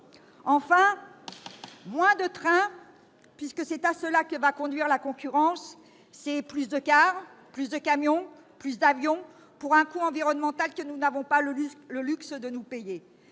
Enfin, moins de trains, puisque c'est à cela que va conduire la concurrence, c'est plus de cars, plus de camions, plus d'avions pour un coût environnemental que nous n'avons pas le luxe de nous payer.